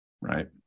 right